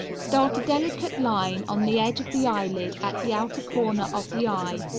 start a delicate line on the edge of the eyelid at the outer corner of the eye,